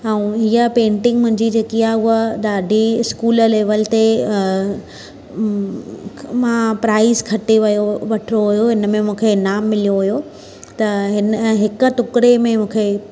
ऐं हीअ पेइंटिंग मुंहिंजी जेकी आहे हूअ ॾाढी स्कूल लेवल ते मां प्राइज़ खटे वियो वरितो हुयो हिन में मूंखे ईनाम मिलियो हुयो त हिन हिक टुकड़े में मूंखे